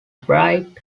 bright